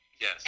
Yes